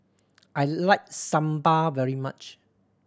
I like Sambar very much